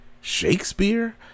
shakespeare